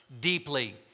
deeply